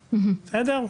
בסדר?